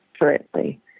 currently